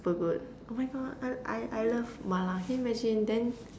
super good oh my God I I I love Mala can you imagine then